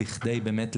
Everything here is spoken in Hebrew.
בכדי באמת,